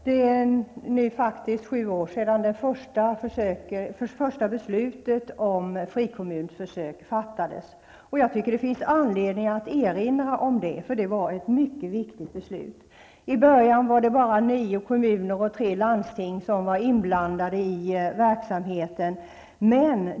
Fru talman! Det är faktiskt sju år sedan det första beslutet om frikommunförsök fattades. Jag tycker att det finns anledning att erinra om det, eftersom det var ett mycket viktigt beslut. I början var det bara nio kommuner och tre landsting som var inblandade i verksamheten.